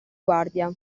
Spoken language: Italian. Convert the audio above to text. guardia